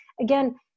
again